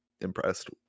impressed